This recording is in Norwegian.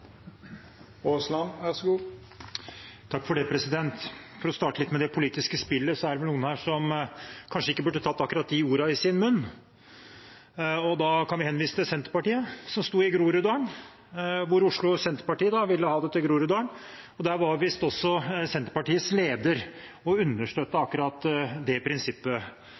er vel noen her som kanskje ikke burde tatt akkurat de ordene i sin munn. Da kan vi henvise til Senterpartiet, som stod i Groruddalen – Oslo Senterparti ville ha det til Groruddalen, og der var visst også Senterpartiets leder og understøttet akkurat det prinsippet.